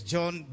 John